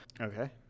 Okay